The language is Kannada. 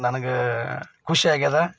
ನನ್ಗೆ ಖುಷಿ ಆಗಿದೆ